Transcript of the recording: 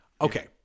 Okay